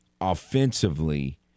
offensively